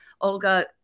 Olga